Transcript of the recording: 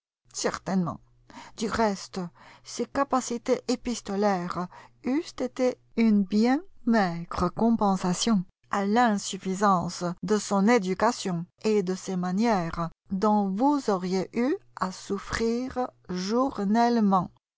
certainement du reste ses capacités épistolaires eussent été une bien maigre compensation à l'insuffisance de son éducation et de ses manières dont vous auriez eu à souffrir journellement